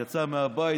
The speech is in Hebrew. יצא מהבית,